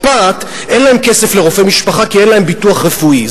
אין להם כסף לרופא משפחה כי אין להם ביטוח רפואי,